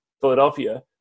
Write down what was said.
Philadelphia